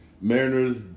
Mariners